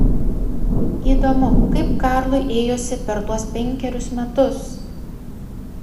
įdomu kaip karlui ėjosi per tuos penkerius metus